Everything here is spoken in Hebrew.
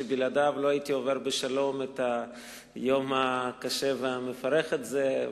שבלעדיו לא הייתי עובר בשלום את היום הקשה והמפרך הזה,